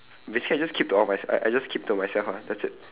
basically I just keep to all my I I just keep to myself ah that's it